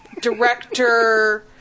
director